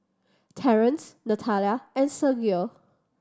Terance Natalia and Sergio